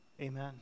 Amen